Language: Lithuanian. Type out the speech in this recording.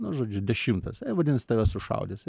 nu žodžiu dešimtas nu vadinas tave sušaudys